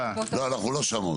לא, אנחנו לא שם עוד.